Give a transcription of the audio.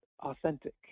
authentic